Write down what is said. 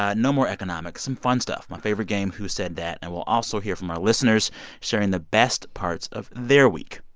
ah no more economics some fun stuff my favorite game, who said that, and we'll also hear from our listeners sharing their best parts of their week